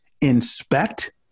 inspect